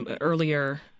earlier